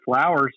Flowers